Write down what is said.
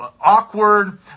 awkward